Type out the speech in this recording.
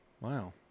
Wow